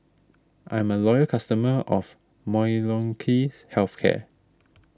I'm a loyal customer of Molnylcke's Health Care